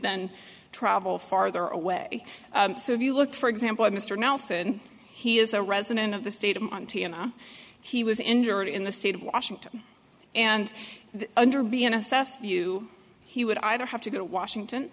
then travel farther away so if you look for example at mr nelson he is a resident of the state of montana he was injured in the state of washington and under being assessed view he would either have to go to washington